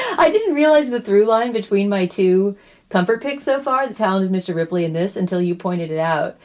i didn't realize the through line between my two comfort pics so far, the talented mr. ripley in this until you pointed it out.